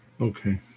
Okay